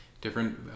different